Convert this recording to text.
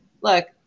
look